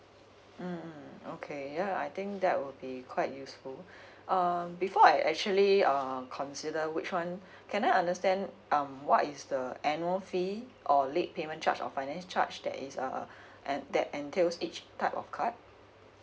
mm okay ya I think that will be quite useful um before I actually um consider which one can I understand um what is the annual fee or late payment charge of finance charge that is uh en~ that entails each type of card